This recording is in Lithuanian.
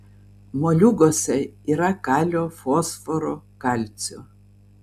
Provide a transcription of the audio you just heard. moliūguose yra kalio fosforo kalcio